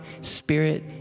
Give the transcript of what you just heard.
Spirit